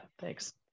thanks